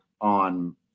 on